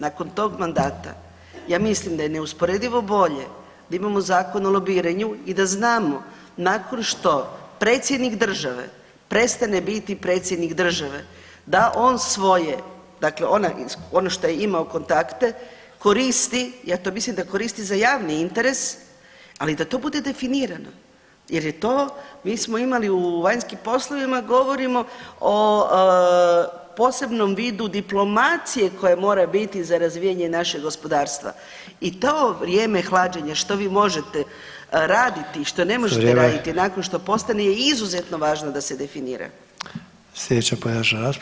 Nakon tog mandata, ja mislim da je neusporedivo bolje da imamo zakon o lobiranju i da znamo nakon što predsjednik države prestane biti predsjednik države, da on svoje, dakle ono što je imao kontakte, koristi, ja to mislim da koristi za javni interes, ali da to bude definirano jer je to, mi smo imali u vanjskim poslovima, govorimo o posebnom vidu diplomacije koja mora biti za razvijanje našeg gospodarstva i to vrijeme hlađenja, što vi možete raditi i što ne možete raditi [[Upadica: Vrijeme.]] nakon što postane je izuzetno važno da se definira.